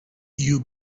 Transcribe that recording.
you